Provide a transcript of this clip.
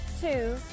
two